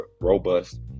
robust